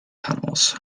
tunnels